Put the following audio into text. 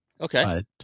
Okay